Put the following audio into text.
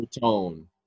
tone